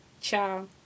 Ciao